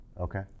Okay